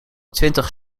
twintig